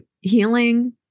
healing